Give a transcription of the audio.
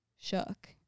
shook